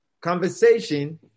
conversation